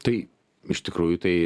tai iš tikrųjų tai